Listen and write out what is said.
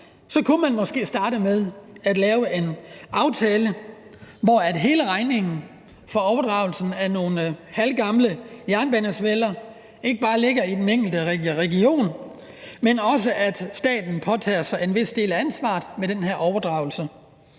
kunne man måske starte med at lave en aftale, hvor hele regningen for overdragelsen af nogle halvgamle jernbanesveller ikke bare ligger i den enkelte region, men at staten også påtager sig en vis del af ansvaret ved den her overdragelse.